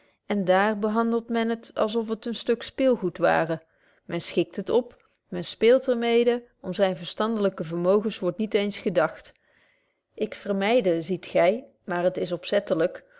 en daar behandelt men het als of het een stuk speelgoed ware men schikt het op men speelt er mede om zyn verstandelyke vermogens word niet eens gedagt ik vermyde ziet gy maar het is opzettelyk